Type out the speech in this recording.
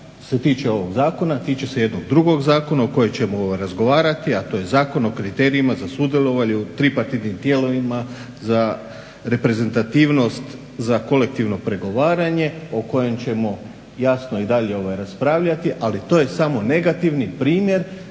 se tiče ovog zakona, tiče se jednog drugog zakona o kojem ćemo razgovarati, a to je Zakon o kriterijima za sudjelovanje u tripartitnim tijelima za reprezentativnost za kolektivno pregovaranje o kojem ćemo jasno i dalje raspravljati. Ali to je samo negativni primjer